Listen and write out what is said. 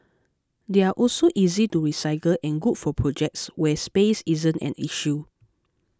they are also easy to recycle and good for projects where space isn't an issue